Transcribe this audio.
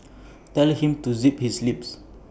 tell him to zip his lip